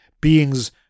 beings